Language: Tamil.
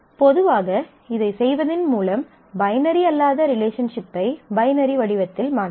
பொதுவாக இதைச் செய்வதன் மூலம் பைனரி அல்லாத ரிலேஷன்ஷிப்பை பைனரி வடிவத்தில் மாற்றலாம்